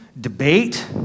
debate